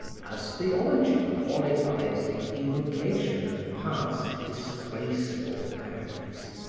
as theology qualifies the evocation of past, disgraceful acts.